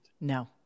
No